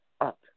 up